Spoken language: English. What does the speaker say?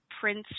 prince